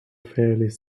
fairly